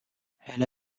elles